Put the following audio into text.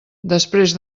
després